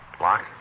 Locked